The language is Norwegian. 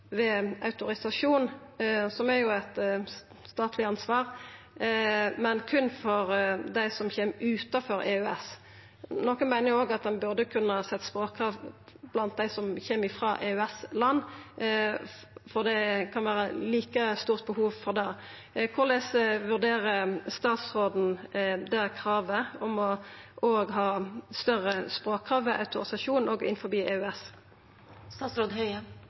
ved autorisasjon, som jo er eit statleg ansvar, berre for dei som kjem frå land utanfor EØS. Nokon meiner at ein òg burde kunne setja språkkrav til dei som kjem frå EØS-land, for det kan vera like stort behov for det. Korleis vurderer statsråden det kravet, om å ha større språkkrav